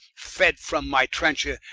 fed from my trencher,